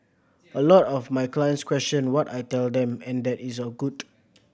a lot of my clients question what I tell them and that is good